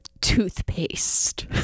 toothpaste